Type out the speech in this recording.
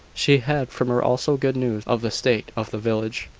she had from her also good news of the state of the village.